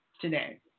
today